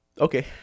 Okay